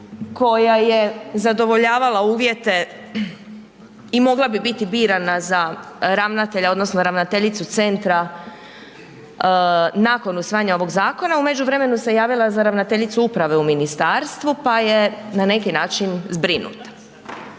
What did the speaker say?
koja je zadovoljavala uvjete i mogla bi biti birana za ravnatelja odnosno ravnateljicu centra nakon usvajanja ovog zakona, u međuvremenu se javila za ravnateljicu uprave u ministarstvu pa je na neki način zbrinuta.